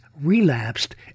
relapsed